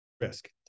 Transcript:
risk